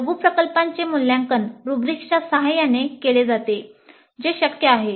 लघु प्रकल्पाचे मूल्यांकन रुब्रिक्सच्या सहाय्याने केले जाते जे शक्य आहे